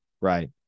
Right